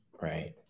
right